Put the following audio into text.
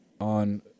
on